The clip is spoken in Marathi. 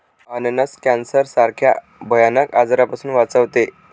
अननस कॅन्सर सारख्या भयानक आजारापासून वाचवते